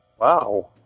Wow